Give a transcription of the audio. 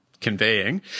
conveying